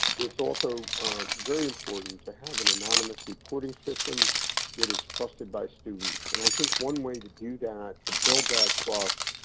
it's also very important to have an anonymous reporting system that is trusted by students. and i think one way to do that, to build that trust,